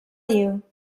you